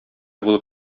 булып